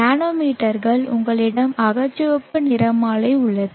நானோமீட்டர்கள் உங்களிடம் அகச்சிவப்பு நிறமாலை உள்ளது